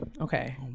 okay